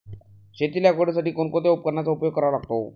शेती लागवडीसाठी कोणकोणत्या उपकरणांचा उपयोग करावा लागतो?